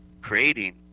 creating